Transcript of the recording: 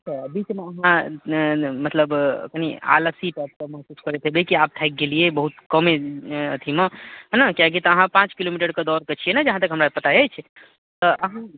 तऽ बीचमे अहाँ मतलब कनि आलसी टाइपके महसूस करैत हेबै कि आब थाकि गेलियै बहुत कम्मे अथीमे हैय ने किएककि तऽ अहाँ पाँच किलोमीटरके दौड़के छियै ने जहाँ तक हमरा पता अछि तऽ अहाँ